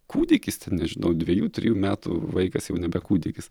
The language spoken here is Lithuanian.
kūdikis ten nežinau dvejų trejų metų vaikas jau nebe kūdikis